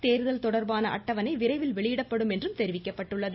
தேர்தல் தொடர்பான அட்டவணை விரைவில் வெளியிடப்படும் என்றும் தெரிவிக்கப்பட்டுள்ளது